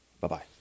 Bye-bye